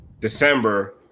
December